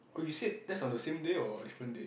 oh you said that's on the same day or different day